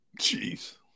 Jeez